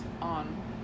on